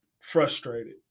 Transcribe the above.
frustrated